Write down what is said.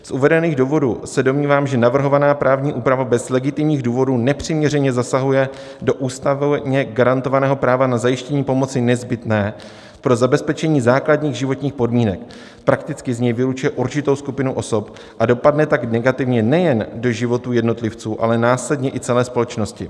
Z uvedených důvodů se domnívám, že navrhovaná právní úprava bez legitimních důvodů nepřiměřeně zasahuje do ústavně garantovaného práva na zajištění pomoci nezbytné pro zabezpečení základních životních podmínek, prakticky z něj vylučuje určitou skupinu osob, a dopadne tak negativně nejen do životů jednotlivců, ale následně i celé společnosti.